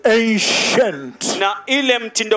ancient